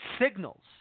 signals